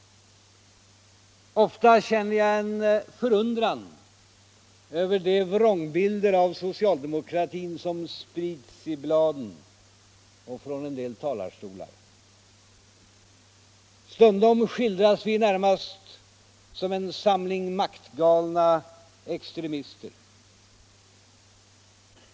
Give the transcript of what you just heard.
Ofta känner jag en förundran över de vrångbilder av socialdemokratin som sprids i bladen och från en del talarstolar. Stundom skildras vi närmast som en samling maktgalna extremister.